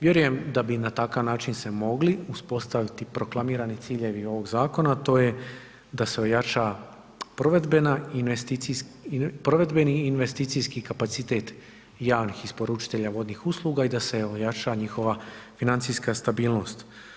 Vjerujem da bi na takav način se mogli uspostaviti proklamirani ciljevi ovog zakona, a to je da se ojača provedbena, provedbeni investicijski kapacitet javnih isporučitelja vodnih usluga i da se ojača njihova financijska stabilnost.